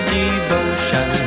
devotion